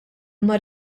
huma